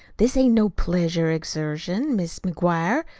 this ain't no pleasure exertion, mis' mcguire.